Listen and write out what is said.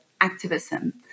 activism